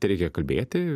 tereikia kalbėti